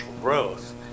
growth